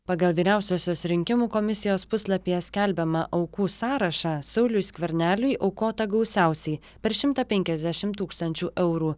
pagal vyriausiosios rinkimų komisijos puslapyje skelbiamą aukų sąrašą sauliui skverneliui aukota gausiausiai per šimtą penkiasdešim tūkstančių eurų